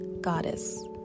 goddess